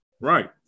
Right